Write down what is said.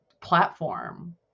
platform